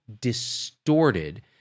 distorted